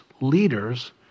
leaders